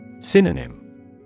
Synonym